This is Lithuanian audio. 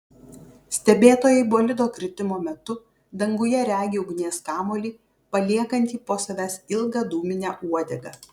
stebėtojai bolido kritimo metu danguje regi ugnies kamuolį paliekantį po savęs ilgą dūminę uodegą